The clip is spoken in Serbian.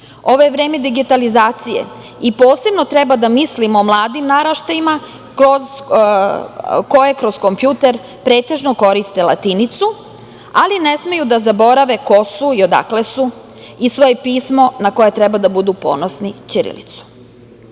Ovo je vreme digitalizacije i posebno treba da mislimo o mladim naraštajima koje kroz kompjuter pretežno koriste latinicu, ali ne smeju da zaborave ko su i odakle su i svoje pismo, na koje treba da budu ponosni -